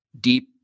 deep